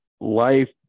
life